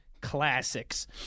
classics